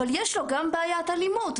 אבל יש לו גם בעיית אלימות,